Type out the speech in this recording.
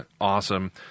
awesome